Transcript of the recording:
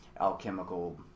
alchemical